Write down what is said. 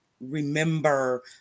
remember